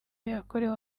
yakorewe